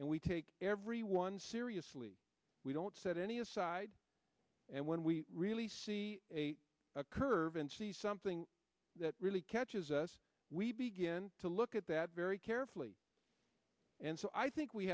and we take everyone seriously we don't set any aside and when we really see a curve and see something that really catches us we begin to look at that very carefully and so i think we